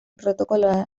protokoloa